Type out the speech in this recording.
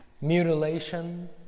mutilation